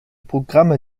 programme